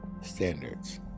standards